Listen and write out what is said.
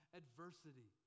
adversity